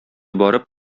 барып